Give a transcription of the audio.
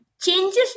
Changes